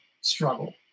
struggle